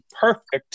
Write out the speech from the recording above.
perfect